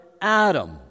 Adam